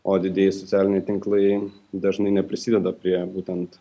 o didieji socialiniai tinklai dažnai neprisideda prie būtent